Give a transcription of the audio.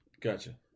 Gotcha